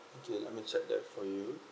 okay let me check that for you